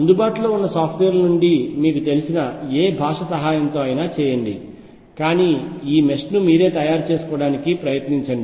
అందుబాటులో ఉన్న సాఫ్ట్వేర్ల నుండి మీకు తెలిసిన ఏ భాష సహాయంతో అయినా చేయండి కానీ ఈ మెష్ను మీరే తయారు చేసుకోవడానికి ప్రయత్నించండి